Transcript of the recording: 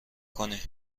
کنی